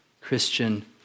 Christian